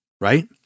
right